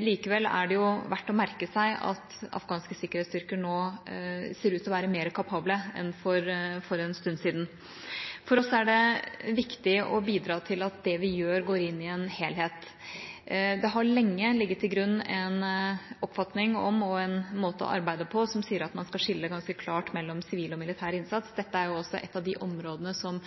Likevel er det verdt å merke seg at afghanske sikkerhetsstyrker nå ser ut til å være mer kapable enn for en stund siden. For oss er det viktig å bidra til at det vi gjør, går inn i en helhet. Det har lenge ligget til grunn en oppfatning og en måte å arbeide på som sier at man skal skille ganske klart mellom sivil og militær innsats. Dette er også et av de områdene som